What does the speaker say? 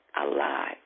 alive